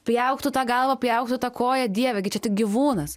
pjauk tu tą galvą pjauk tu tą koją dieve gi čia tik gyvūnas